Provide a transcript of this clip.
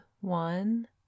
one